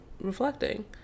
reflecting